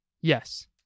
Yes